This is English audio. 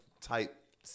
type